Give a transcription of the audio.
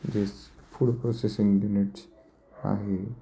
जे स food processing units आहे